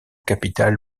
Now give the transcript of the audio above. capitale